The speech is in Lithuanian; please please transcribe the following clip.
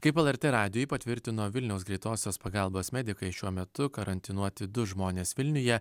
kaip lrt radijui patvirtino vilniaus greitosios pagalbos medikai šiuo metu karantinuoti du žmonės vilniuje